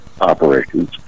operations